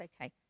okay